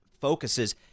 focuses